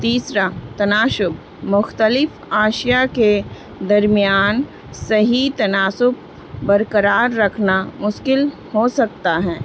تیسرا تناشب مختلف عشیا کے درمیان صحیح تناسب برقرار رکھنا مشکل ہو سکتا ہے